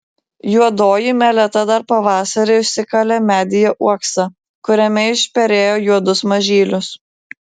juodoji meleta dar pavasarį išsikalė medyje uoksą kuriame išperėjo juodus mažylius